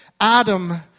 Adam